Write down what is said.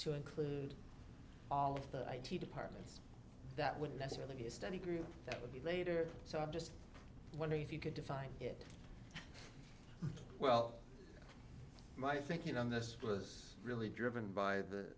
to include all of the id departments that wouldn't necessarily be a study group that would be later so i'm just wondering if you could define it well my thinking on this was really driven by the